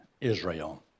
Israel